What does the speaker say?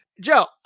Joe